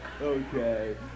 Okay